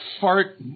fart